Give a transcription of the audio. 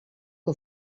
que